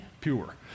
pure